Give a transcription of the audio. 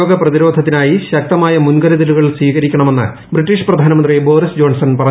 രോഗ പ്രരിദ്യോധത്തിനായി ശക്തമായ മുൻകരുതലുകൾ സ്വീകരിക്ക്ണൂമെന്ന് ബ്രിട്ടീഷ് പ്രധാനമന്ത്രി ബോറിസ് ജോൺസൺ പ്രറ്റു്തു